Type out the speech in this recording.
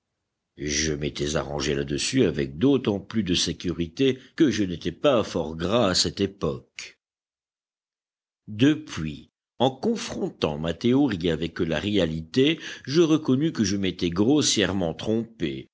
je m'étais arrangé là-dessus avec d'autant plus de sécurité que je n'étais pas fort gras à cette époque depuis en confrontant ma théorie avec la réalité je reconnus que je m'étais grossièrement trompé